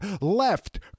Left